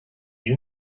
you